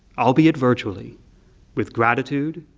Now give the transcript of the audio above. albeit virtually with gratitude,